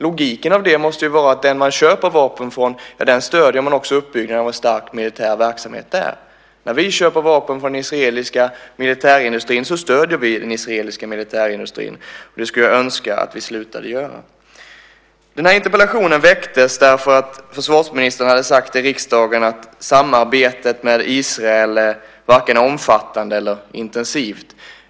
Logiken måste ju då ge att den man köper vapen ifrån, ja, för den stöder man också uppbyggnaden av en stark militär verksamhet. När vi köper vapen från den israeliska militärindustrin så stöder vi den israeliska militärindustrin. Det skulle jag önska att vi slutade göra. Den här interpellationen väcktes därför att försvarsministern hade sagt i riksdagen att samarbetet med Israel är varken omfattande eller intensivt.